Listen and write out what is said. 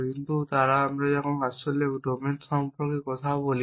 কিন্তু আমরা যখন আসলে ডোমেইন সম্পর্কে কথা বলি